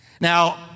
Now